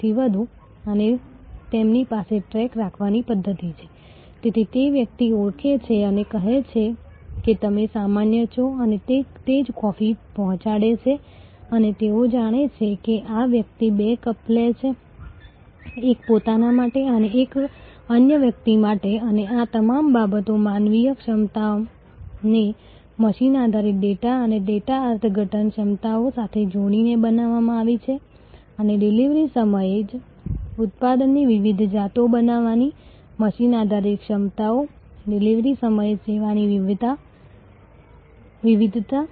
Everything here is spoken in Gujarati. તેથી આ વધુ જ્ઞાન આધારિત સંબંધ છે અને જે ફક્ત ત્યારે જ શક્ય છે જ્યારે તમારી સંસ્થા પાસે તમારા ગ્રાહક વિશે ડેટા એકત્રિત કરવા તે ડેટાનું અર્થઘટન કરવા ડેટાને ફોર્મેટ કરવા અને તેને યોગ્ય સમયે આગળની લાઇન પર જે કર્મચારીઓ સેવા આપી રહ્યા છે ત્યાં ઉપલબ્ધ કરવી એ શીખવાની ક્ષમતા હોય